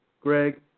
Greg